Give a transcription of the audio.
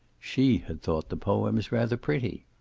she had thought the poems rather pretty.